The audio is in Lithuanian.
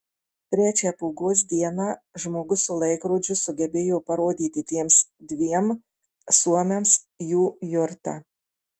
trečią pūgos dieną žmogus su laikrodžiu sugebėjo parodyti tiems dviem suomiams jų jurtą